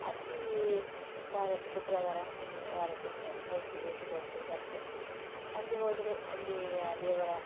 ಅಲ್ಲಿ ವಾರಕ್ಕೆ ಶುಕ್ರವಾರ ಒಮ್ಮೆ ವಾರಕ್ಕೊಮ್ಮೆ ಹೋಗಿ ಭೇಟಿ ಕೊಟ್ಟು ಬರ್ತೇನೆ ಅಲ್ಲಿ ಹೋದರು ಅಲ್ಲಿ ಆ ದೇವರ